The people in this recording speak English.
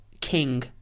king